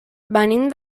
venim